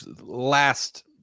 last